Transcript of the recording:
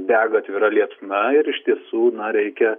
dega atvira liepsna ir iš tiesų reikia